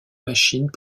machines